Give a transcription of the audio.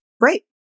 right